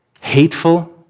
hateful